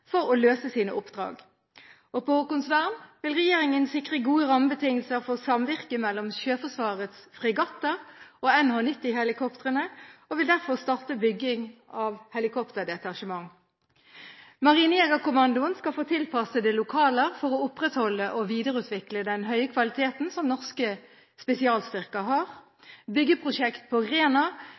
for å løse sine oppdrag. På Haakonsvern vil regjeringen sikre gode rammebetingelser for samvirke mellom Sjøforsvarets fregatter og NH90-helikoptrene og vil derfor starte bygging av helikopterdetasjement. Marinejegerkommandoen skal få tilpassede lokaler for å opprettholde og videreutvikle den høye kvaliteten som norske spesialstyrker har. Byggeprosjektet på Rena